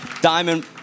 Diamond